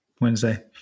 Wednesday